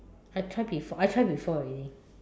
I try before I try before already